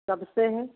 कब से है